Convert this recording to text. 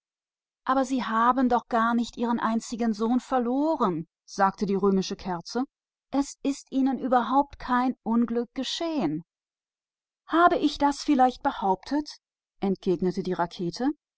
aber sie haben ja gar nicht ihr einziges kind verloren sagte die römische kerze es ist ihnen überhaupt kein unglück passiert das habe ich auch gar nicht behauptet antwortete die rakete